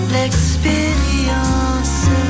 L'expérience